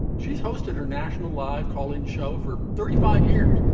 she's hosted her national live calling show for thirty five years,